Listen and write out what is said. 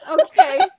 Okay